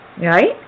right